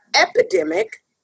epidemic